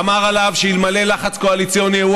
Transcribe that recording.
אמר עליו שאלמלא לחץ קואליציוני הוא